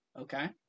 Okay